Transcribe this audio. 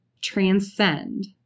Transcend